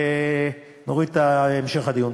ונוריד את המשך הדיון.